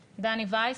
וייס,